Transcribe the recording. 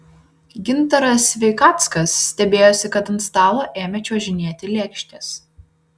gintaras sveikackas stebėjosi kad ant stalo ėmė čiuožinėti lėkštės